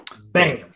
Bam